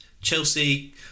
Chelsea